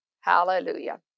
Hallelujah